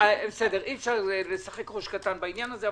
אי אפשר לשחק ראש קטן בעניין הזה.